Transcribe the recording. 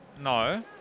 No